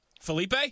Felipe